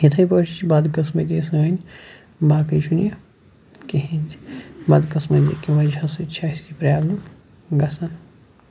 یِتھے پٲٹھۍ چھِ بَد قٕسمَتی سٲنۍ باقی چھُنہٕ یہِ کِہِنۍ تہِ بَد قٕسمَتی کہِ وَجہہَ سۭتۍ چھِ اَسہِ یہِ پرابلِم گَژھان